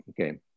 okay